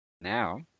Now